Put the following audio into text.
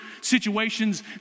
situations